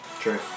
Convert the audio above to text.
True